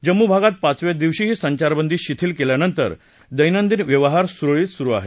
जम्मू भागात पाचव्या दिवशीही संचारबंदी शिथिल केल्यानंतर दैनदिन व्यवहार सुरळीत चालू आहे